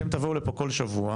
אתם תבואו לפה כל שבוע,